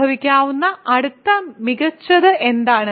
സംഭവിക്കാവുന്ന അടുത്ത മികച്ചത് എന്താണ്